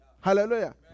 Hallelujah